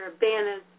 banners